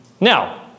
Now